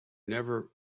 never